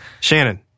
Shannon